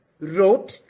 wrote